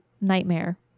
nightmare